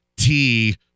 -t